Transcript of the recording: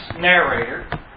narrator